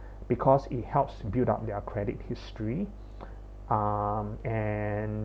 because it helps build up their credit history um and